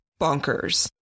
bonkers